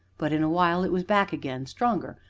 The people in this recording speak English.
but, in a while, it was back again, stronger,